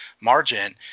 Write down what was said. margin